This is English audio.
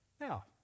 Now